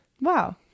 Wow